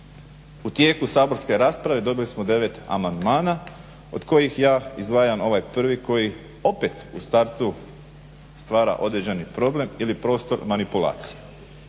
U tijeku saborske rasprave dobili smo 9 amandmana od kojih ja izdvajam ovaj prvi koji opet u startu stvara određeni problem ili prostor manipulaciji